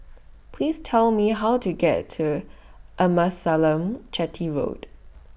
Please Tell Me How to get to Amasalam Chetty Road